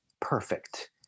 perfect